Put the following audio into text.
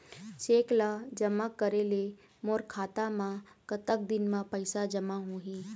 Cheque ला जमा करे ले मोर खाता मा कतक दिन मा पैसा जमा होही?